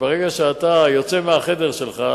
ברגע שאתה יוצא מהחדר שלך